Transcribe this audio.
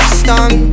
stung